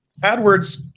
AdWords